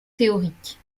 théoriques